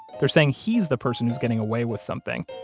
they're saying he's the person who's getting away with something,